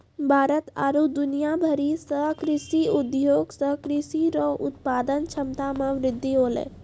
भारत आरु दुनिया भरि मे कृषि उद्योग से कृषि रो उत्पादन क्षमता मे वृद्धि होलै